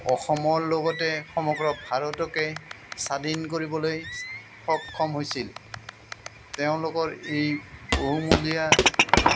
অসমৰ লগতে সমগ্ৰ ভাৰতকে স্বাধীন কৰিবলৈ সক্ষম হৈছিল তেওঁলোকৰ এই বহুমূলীয়া